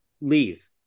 leave